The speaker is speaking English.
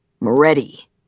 Moretti